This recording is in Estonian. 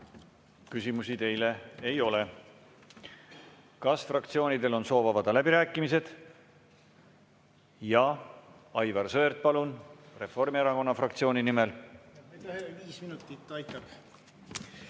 Küsimusi teile ei ole. Kas fraktsioonidel on soov avada läbirääkimised? Jaa, Aivar Sõerd, palun, Reformierakonna fraktsiooni nimel!